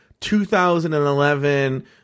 2011